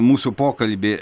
mūsų pokalbį